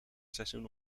seizoen